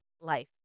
life